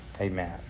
amen